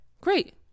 great